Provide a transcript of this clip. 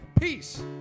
peace